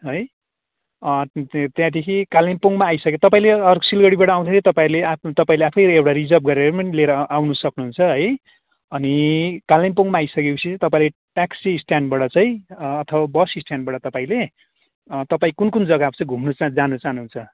है त्यहाँदेखि कालिम्पोङमा आइसके तपाईँले सिलगडीबाट आउँदै तपाईँले आफ्नो तपाईँले आफै एउटा रिजर्भ गरेर पनि लिएर आउनु सक्नुहुन्छ है अनि कालिम्पोङ आइसकेपछि तपाईँले ट्याक्सी स्ट्यान्डबाट चाहिँ अथवा बस स्ट्यानबाट तपाईँले तपाईँ कुन कुन जग्गा चाहिँ घुम्नु जानु चहानुहुन्छ